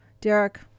Derek